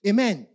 Amen